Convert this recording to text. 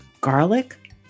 garlic